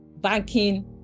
Banking